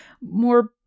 more